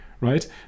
right